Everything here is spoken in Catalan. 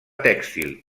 tèxtil